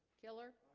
killer